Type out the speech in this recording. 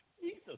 Jesus